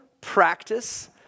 practice